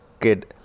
kid